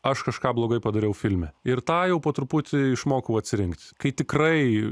aš kažką blogai padariau filme ir tą jau po truputį išmokau atsirinkti kai tikrai